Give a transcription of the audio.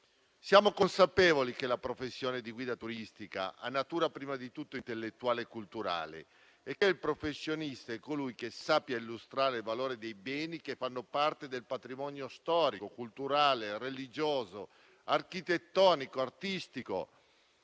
Siamo consapevoli che la professione di guida turistica ha natura prima di tutto intellettuale e culturale e che il professionista è colui che sa illustrare il valore dei beni che fanno parte del patrimonio storico, culturale, religioso, architettonico e artistico.